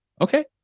Okay